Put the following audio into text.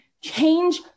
change